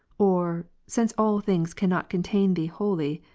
or, since all things cannot contain thee wholly,